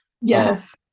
yes